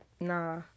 Nah